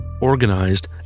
organized